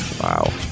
Wow